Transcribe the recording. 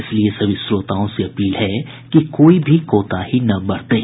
इसलिए सभी श्रोताओं से अपील है कि कोई भी कोताही न बरतें